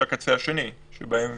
בקצה השני, שבהם